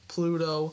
Pluto